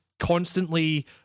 constantly